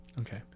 Okay